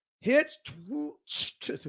hits